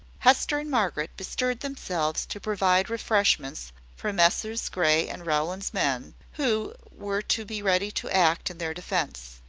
hester and margaret bestirred themselves to provide refreshments for messrs. grey and rowland's men, who were to be ready to act in their defence.